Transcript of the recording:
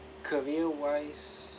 career-wise